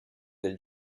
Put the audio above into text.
del